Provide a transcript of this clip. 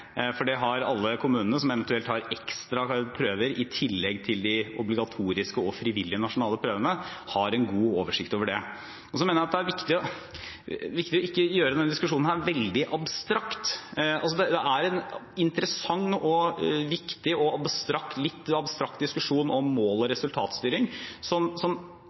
på det, for alle kommunene som eventuelt har ekstra prøver i tillegg til de obligatoriske og frivillige nasjonale prøvene, har en god oversikt over det. Jeg mener det er viktig ikke å gjøre denne diskusjonen veldig abstrakt. Det er en interessant og viktig og litt abstrakt diskusjon om mål og resultatstyring som er viktig å ta, og som